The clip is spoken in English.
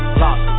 lost